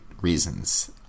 reasons